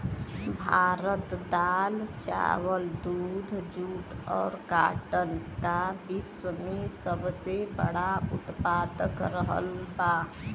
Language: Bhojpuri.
भारत दाल चावल दूध जूट और काटन का विश्व में सबसे बड़ा उतपादक रहल बा